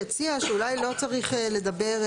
שהציעה שאולי לא צריך לדבר,